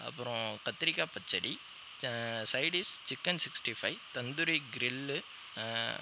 அப்பறம் கத்திரிக்காய் பச்சடி side dish chicken sixty five tandoori grill